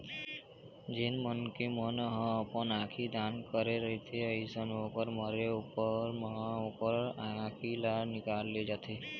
जेन मनखे मन ह अपन आंखी दान करे रहिथे अइसन ओखर मरे ऊपर म ओखर आँखी ल निकाल ले जाथे